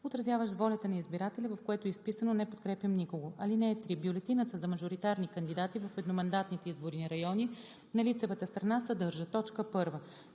отразяващ волята на избирателя, в което е изписано „Не подкрепям никого“. (3) Бюлетината за мажоритарни кандидати в едномандатните изборни райони на лицевата страна съдържа: 1.